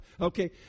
okay